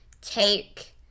take